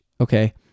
okay